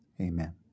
amen